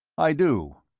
i do.